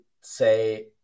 say